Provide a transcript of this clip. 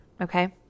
okay